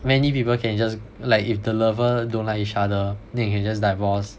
many people can just like if the lover don't like each other then you can just divorce